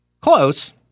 close